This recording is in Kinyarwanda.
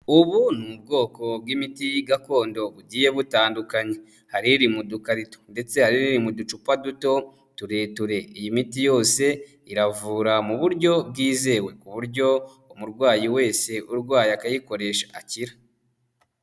Ubu ni ubwoko bw'imiti gakondo bugiye butandukanye, hari iri mu dukarito ndetse hari n'iri mu ducupa duto tureture, iyi miti yose iravura mu buryo bwizewe ku buryo umurwayi wese urwaye akayikoresha akira.